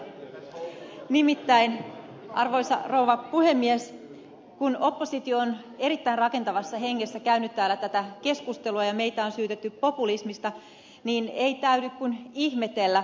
nimittäin arvoisa rouva puhemies kun oppositio on erittäin rakentavassa hengessä käynyt täällä tätä keskustelua ja meitä on syytetty populismista niin ei täydy kuin ihmetellä